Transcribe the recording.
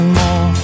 more